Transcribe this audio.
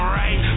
right